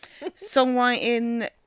Songwriting